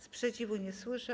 Sprzeciwu nie słyszę.